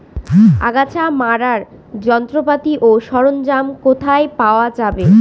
আগাছা মারার যন্ত্রপাতি ও সরঞ্জাম কোথায় পাওয়া যাবে?